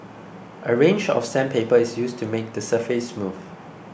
a range of sandpaper is used to make the surface smooth